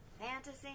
fantasy